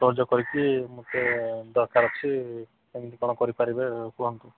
ସାହାଯ୍ୟ କରିକି ମୋତେ ଦରକାର ଅଛି ଏମିତି କ'ଣ କରିପାରିବେ କୁହନ୍ତୁ